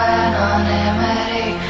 anonymity